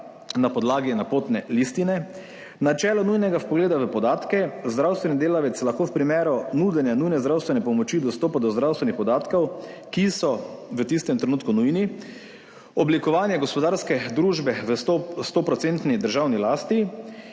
na podlagi napotne listine, načelo nujnega vpogleda v podatke, zdravstveni delavec lahko v primeru nudenja nujne zdravstvene pomoči dostopa do zdravstvenih podatkov, ki so v tistem trenutku nujni, oblikovanje gospodarske družbe v 100 % državni lasti